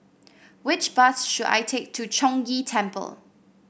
which bus should I take to Chong Ghee Temple